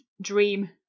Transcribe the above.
dream